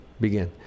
Begin